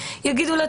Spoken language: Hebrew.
יגידו לה,